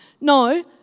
No